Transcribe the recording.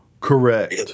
correct